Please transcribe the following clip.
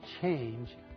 change